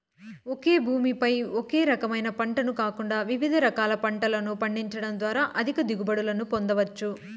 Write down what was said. ఒకే భూమి పై ఒకే రకమైన పంటను కాకుండా వివిధ రకాల పంటలను పండించడం ద్వారా అధిక దిగుబడులను పొందవచ్చు